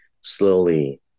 slowly